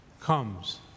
comes